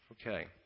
Okay